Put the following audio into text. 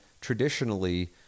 traditionally